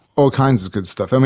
all kinds of good stuff. i mean,